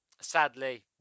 sadly